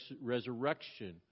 resurrection